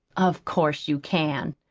of course you can!